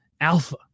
alpha